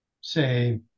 say